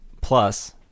plus